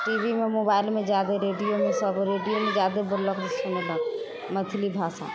टीवीमे मोबाइलमे जादे रेडियोमे सब रेडियोमे जादा बोललक सुनलक मैथिली भाषा